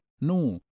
No